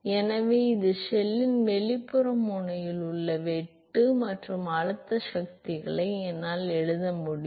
எனவே இது ஷெல்லின் வெளிப்புற முனையில் உள்ள வெட்டு மற்றும் அழுத்த சக்திகளை என்னால் எழுத முடியும்